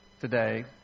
today